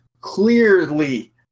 clearly